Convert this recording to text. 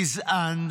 גזען,